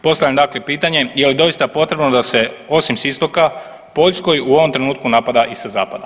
Postavljam dakle pitanje je li doista potrebno da se osim sa istoka Poljsku u ovom trenutku napada i sa zapada?